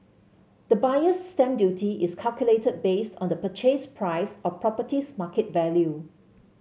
the Buyer's Stamp Duty is calculated based on the purchase price or property's market value